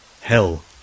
Hell